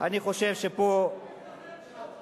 אני חושב שפה הגזמתם.